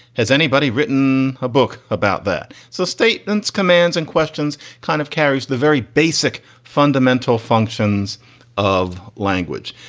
has anybody written a book about that? so statements, commands and questions kind of carries the very basic fundamental functions of language.